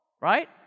right